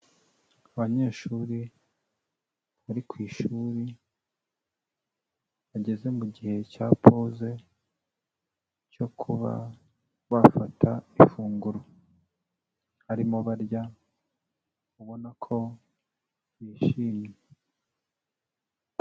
Abanyeshuri bari ku ishuri bageze mu gihe cya poze cyo kuba bafata ifunguro, barimo barya ubona ko bishimye.